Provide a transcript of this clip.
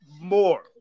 more